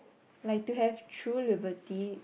like to have true liberty